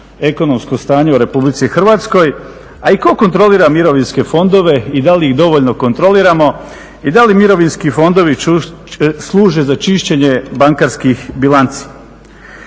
ekonomskog stanja u Republici Hrvatskoj, a i tko kontrolira mirovinske fondove i da li ih dovoljno kontroliramo i da li mirovinski fondovi služe za čišćenje bankarskih bilanci.